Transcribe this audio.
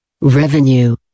Revenue